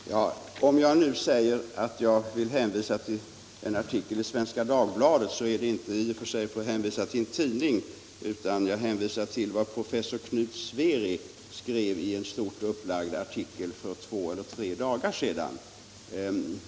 Herr talman! Om jag nu säger att jag vill hänvisa till en artikel i Svenska Dagbladet, så gör jag det i och för sig inte för att hänvisa till en tidning utan jag hänvisar till vad professor Knut Sveri skrev i en stort upplagd artikel för två eller tre dagar sedan.